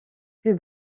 plus